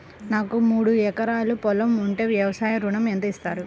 నాకు మూడు ఎకరాలు పొలం ఉంటే వ్యవసాయ ఋణం ఎంత ఇస్తారు?